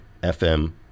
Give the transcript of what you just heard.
fm